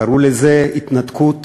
קראו לזה התנתקות,